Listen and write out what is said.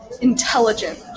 ...intelligent